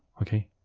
okay